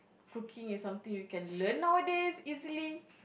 cooking is something you can learn nowadays easily